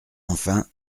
enfin